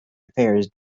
affairs